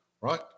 right